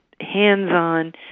hands-on